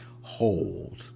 hold